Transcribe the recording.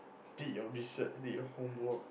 did your research did your homework